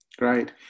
Right